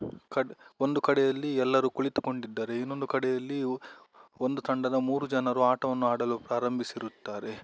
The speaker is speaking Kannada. ಕಡ್ ಒಂದು ಕಡೆಯಲ್ಲಿ ಎಲ್ಲರು ಕುಳಿತುಕೊಂಡಿದ್ದರೆ ಇನ್ನೊಂದು ಕಡೆಯಲ್ಲಿಯು ಒಂದು ತಂಡದ ಮೂರು ಜನರು ಆಟವನ್ನು ಆಡಲು ಪ್ರಾರಂಭಿಸಿರುತ್ತಾರೆ